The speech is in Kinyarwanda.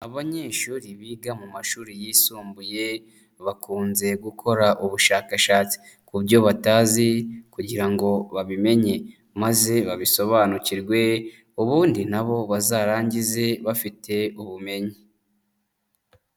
Abanyeshuri biga mu mashuri yisumbuye bakunze gukora ubushakashatsi ku byo batazi kugira ngo babimenye maze babisobanukirwe, ubundi nabo bazarangize bafite ubumenyi.